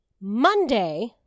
Monday